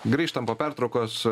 grįžtam po pertraukos